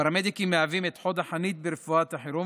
הפרמדיקים מהווים את חוד החנית ברפואת החירום,